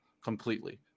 Completely